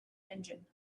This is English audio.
engine